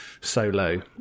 solo